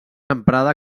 emprada